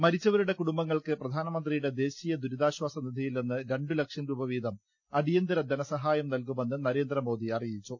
മരിച്ചവരുടെ കുടുംബങ്ങൾക്ക് പ്രധാന മന്ത്രിയുടെ ദേശീയ ദുരിതാശാസനിധിയിൽനിന്ന് രണ്ടുലക്ഷം രൂപ വീതം അടിയന്തിരധനസഹായം നൽകുമെന്ന് നരേന്ദ്രമോദി അറിയിച്ചു